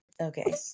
Okay